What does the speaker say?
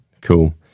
Cool